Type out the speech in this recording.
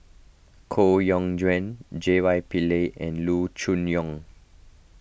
Koh Yong Guan J Y Pillay and Loo Choon Yong